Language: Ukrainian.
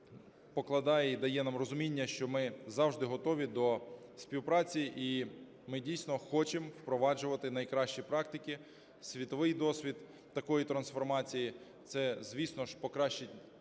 покладає і дає нам розуміння, що ми завжди готові до співпраці. І ми дійсно хочемо впроваджувати найкращі практики, світовий досвід такої трансформації, це, звісно ж, покращить